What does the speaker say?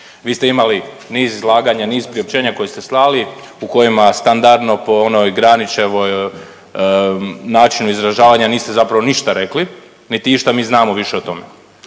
vi ste imali niz izlaganja, niz priopćenja koje ste slali u kojima standardno po onoj Granićevoj načinu izražavanja niste zapravo ništa rekli, niti išta mi znamo više o tome.